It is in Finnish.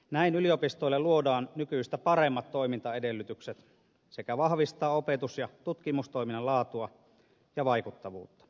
näin yliopistoille luodaan nykyistä paremmat toimintaedellytykset sekä vahvistetaan opetus ja tutkimustoiminnan laatua ja vaikuttavuutta